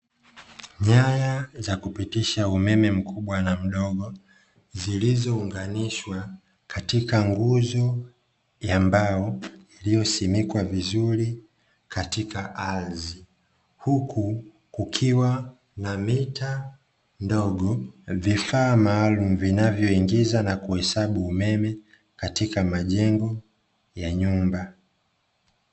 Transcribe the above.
Nyaya za kupitisha umeme mkubwa na mdogo zilizounganishwa katika nguzo ya mbao iliosimikwa vizuri katika ardhi, huku kukiwa na mita ndogo, vifaa maalum vinavyo ingiza na kuhesabu umeme katika majengo ya nyumba.